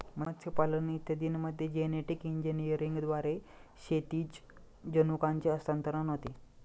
मत्स्यपालन इत्यादींमध्ये जेनेटिक इंजिनिअरिंगद्वारे क्षैतिज जनुकांचे हस्तांतरण होते